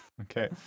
Okay